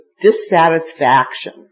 dissatisfaction